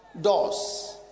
doors